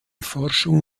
forschung